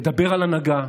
לדבר על הנהגה,